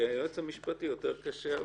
עם היועץ המשפטי יותר קשה,